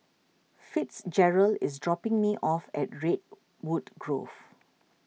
Fitzgerald is dropping me off at Redwood Grove